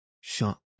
shocked